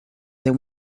they